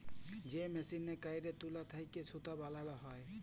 যে মেসিলে ক্যইরে তুলা থ্যাইকে সুতা বালাল হ্যয়